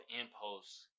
impulse